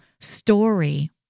story